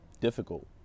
difficult